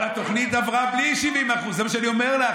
אבל התוכנית עברה בלי 70%, זה מה שאני אומר לך.